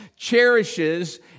cherishes